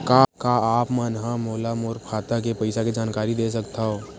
का आप मन ह मोला मोर खाता के पईसा के जानकारी दे सकथव?